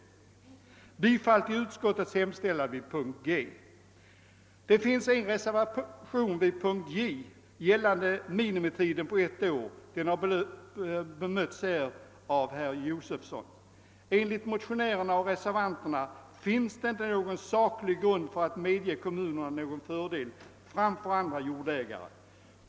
Jag yrkar bifall till utskottets hemställan under punkten G. Det finns en reservation under punkten J gällande minimitiden på ett år. Den har här berörts av herr Josefson i Arrie. Enligt motionärerna och reservanterna finns det inte någon saklig grund för att medge kommunerna någon fördel framför andra jordägare.